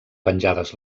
penjades